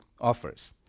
offers